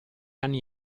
anni